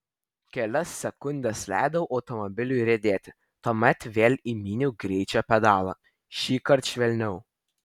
kelias sekundes leidau automobiliui riedėti tuomet vėl įminiau greičio pedalą šįkart švelniau